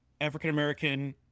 African-American